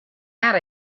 out